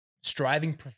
striving